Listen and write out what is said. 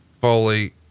Foley